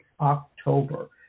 October